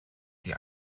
die